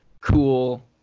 cool